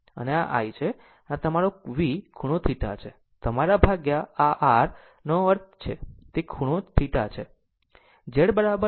આમ આ i છે આમ આ તમારું V ખૂણો θ છે તમારા ભાગ્યા આ rનો અર્થ છે તે Z ખૂણો θ છે